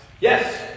Yes